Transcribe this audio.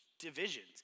divisions